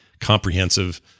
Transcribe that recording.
comprehensive